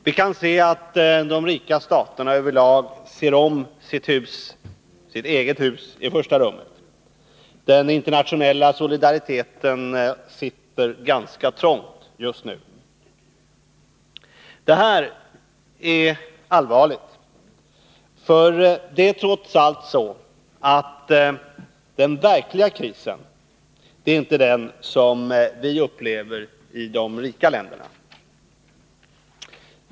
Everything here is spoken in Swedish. Vi kan se att de rika staterna över lag ser om sitt eget hus i första rummet. Den internationella solidariteten sitter ganska trångt just nu. Det här är allvarligt, eftersom den verkliga krisen trots allt inte är den som vi upplever i de rika länderna.